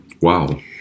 Wow